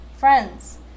friends